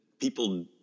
people